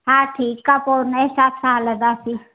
हा ठीकु आहे पोइ हुनजे हिसाब सां हलंदासीं